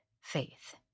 faith